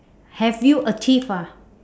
have you achieve ah